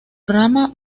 rama